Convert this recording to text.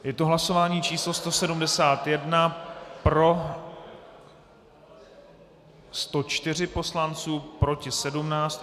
Je to hlasování číslo 171, pro 104 poslanců, proti 17.